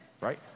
right